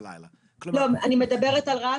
אם יקבלו אותה?